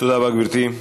תודה רבה, גברתי.